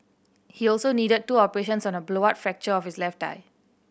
he also needed two operations on a blowout fracture of his left eye